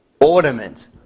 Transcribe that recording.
ornament